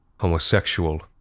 Homosexual